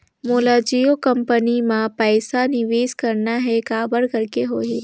मोला जियो कंपनी मां पइसा निवेश करना हे, काबर करेके होही?